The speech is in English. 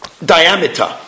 Diameter